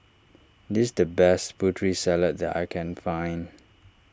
this the best Putri Salad that I can find